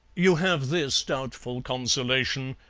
you have this doubtful consolation,